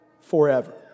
forever